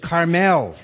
Carmel